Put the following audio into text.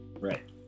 right